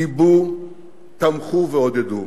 גיבו, תמכו ועודדו,